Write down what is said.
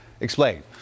Explain